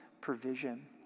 provision